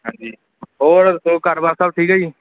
ਹਾਂਜੀ ਹੋਰ ਦੱਸੋ ਘਰ ਬਾਰ ਸਭ ਠੀਕ ਹੈ ਜੀ